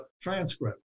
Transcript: transcript